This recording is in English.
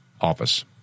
office